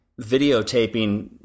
videotaping